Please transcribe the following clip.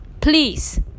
please